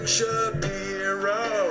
Shapiro